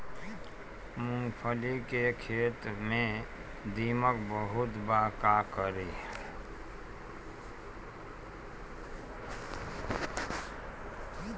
मूंगफली के खेत में दीमक बहुत बा का करी?